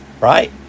right